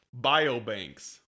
Biobanks